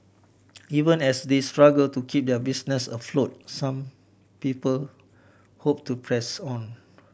even as they struggle to keep their businesses afloat some people hope to press on